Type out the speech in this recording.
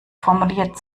formuliert